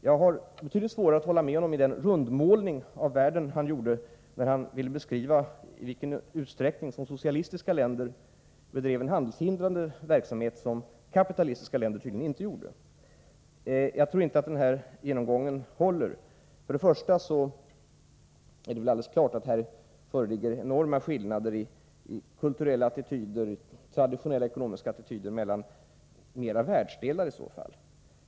Jag har betydligt svårare att instämma i den rundmålning av världen han gjorde, där han ville beskriva i vilken utsträckning socialistiska länder bedriver en handelshindrande verksamhet som kapitalistiska länder tydligen inte gör sig skyldiga till. Jag tror inte att denna genomgång håller. Det föreligger bl.a. enorma skillnader i kulturella och traditionella ekonomiska attityder, och det gäller företrädesvis mellan olika världsdelar.